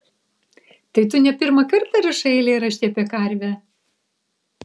tai tu ne pirmą kartą rašai eilėraštį apie karvę